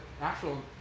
actual